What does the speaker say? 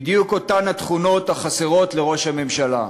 בדיוק אותן התכונות החסרות לראש הממשלה.